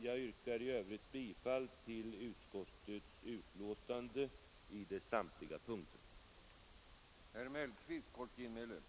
Jag yrkar bifall till utskottets hemställan på samtliga punkter.